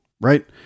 right